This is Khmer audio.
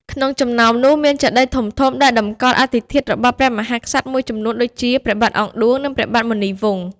ក្នុងចំណោមនោះ មានចេតិយធំៗដែលតម្កល់អដ្ឋិធាតុរបស់ព្រះមហាក្សត្រមួយចំនួនដូចជា ព្រះបាទអង្គឌួង និង ព្រះបាទមុនីវង្ស។